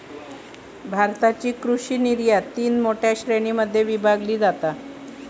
भारताची कृषि निर्यात तीन मोठ्या श्रेणीं मध्ये विभागली जाता